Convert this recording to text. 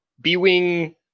B-Wing